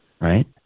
right